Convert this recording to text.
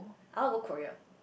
I want to go Korea